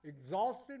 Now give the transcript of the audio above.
exhausted